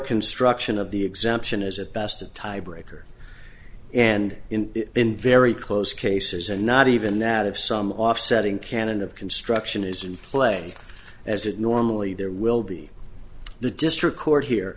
construction of the exemption is at best a tie breaker and in very close cases and not even that of some offsetting cannon of construction is in play as it normally there will be the district court here